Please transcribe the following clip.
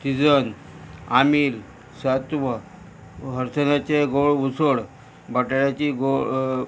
तिजन आमील सत्व हरसनाचें गोळ उसळ बाटाची गोळ